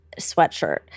sweatshirt